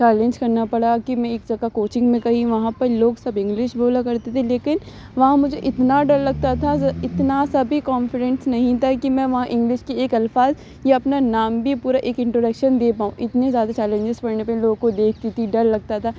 challenge کرنا پڑا کہ میں ایک جگہ کوچنگ میں گئی وہاں پہ لوگ سب انگلش بولا کرتے تھے لیکن وہاں مجھے اتنا ڈر لگتا تھا جو اتنا سا بھی کونفڈینس نہیں تھا کہ میں وہاں انگلش کی ایک الفاظ یا اپنا نام بھی پورا ایک انٹروڈکشن دے پاؤں اتنی زیادہ چیلنجیز پڑنے پہ ان لوگوں کو دیکھتی تھی ڈر لگتا تھا